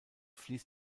fließt